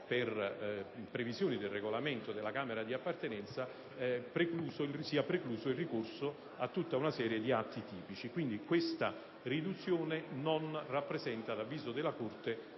per previsioni del Regolamento della Camera di appartenenza, precluso il ricorso a tutta una serie di atti tipici. Quindi, questa riduzione non rappresenta, ad avviso della Corte,